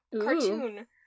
cartoon